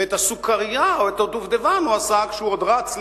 ואת הסוכרייה או את הדובדבן הוא עשה כשהוא עוד רץ לביירות,